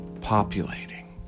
populating